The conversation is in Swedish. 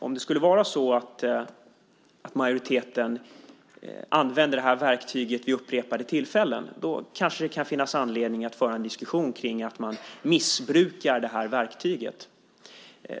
Om det skulle vara så att majoriteten använde verktyget vid upprepade tillfällen kanske det kunde finnas anledning att föra en diskussion om att man missbrukar verktyget.